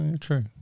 True